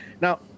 Now